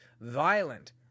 violent